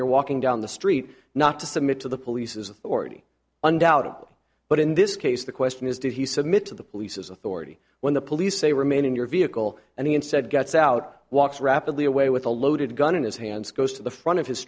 you're walking down the street not to submit to the police's authority undoubtedly but in this case the question is did he submit to the police's authority when the police say remain in your vehicle and he said gets out walks rapidly away with a loaded gun in his hands goes to the front of his